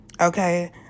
okay